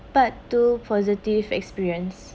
part two positive experience